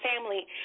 family